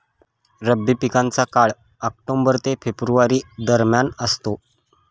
रब्बी पिकांचा काळ ऑक्टोबर ते फेब्रुवारी दरम्यान असतो